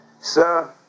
Sir